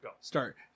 start